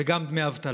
וגם דמי אבטלה.